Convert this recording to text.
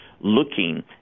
looking